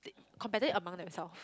they competitive among themselves